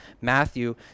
Matthew